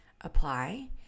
apply